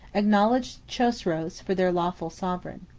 acknowledged chosroes for their lawful sovereign.